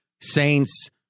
saints